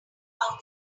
how